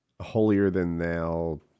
holier-than-thou